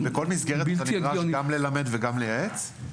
ובכל מסגרת נדרש גם ללמד וגם לייעץ?